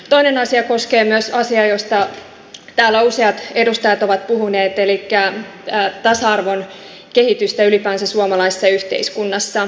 toinen asia koskee myös asiaa josta täällä useat edustajat ovat puhuneet elikkä tasa arvon kehitystä ylipäänsä suomalaisessa yhteiskunnassa